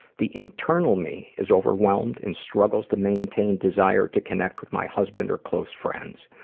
the internal me is overwhelmed and struggles to maintain desire to connect with my husband or close friends.